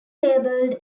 labeled